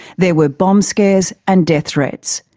there were bomb scares and death threats.